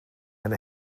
and